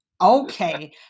Okay